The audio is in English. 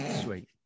Sweet